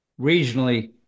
regionally